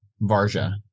Varja